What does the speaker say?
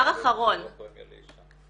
הם פשוט יעלו את הפרמיה לאישה.